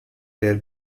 their